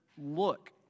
look